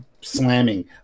slamming